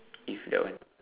if that one